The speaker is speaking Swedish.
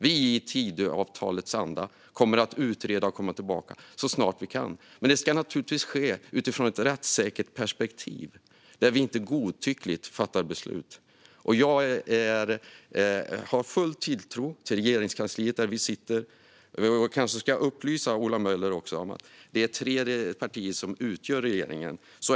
Vi kommer i Tidöavtalets anda att utreda och komma tillbaka så snart vi kan, men det ska naturligtvis ske utifrån ett rättssäkert perspektiv där vi inte godtyckligt fattar beslut. Jag har full tilltro till Regeringskansliet, där vi sitter. Jag kanske också ska upplysa Ola Möller om att det är tre partier som utgör regeringen.